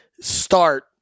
start